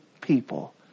people